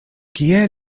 kie